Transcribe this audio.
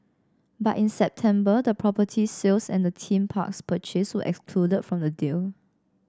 but in September the property sales and the theme parks purchase were excluded from the deal